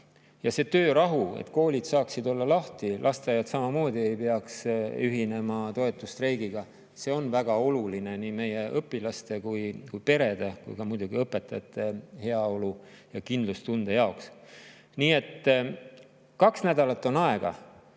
See töörahu, et koolid saaksid olla lahti ja lasteaiad ei peaks ühinema toetusstreigiga, on väga oluline nii meie õpilaste, perede kui ka muidugi õpetajate heaolu ja kindlustunde jaoks. Nii et kaks nädalat on aega,